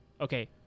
okay